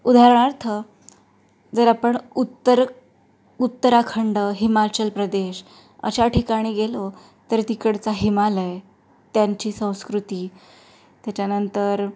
उदाहरणार्थ जर आपण उत्तर उत्तराखंड हिमाचल प्रदेश अशा ठिकाणी गेलो तर तिकडचा हिमालय त्यांची संस्कृती त्याच्यानंतर